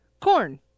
Corn